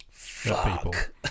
fuck